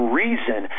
reason